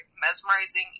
Mesmerizing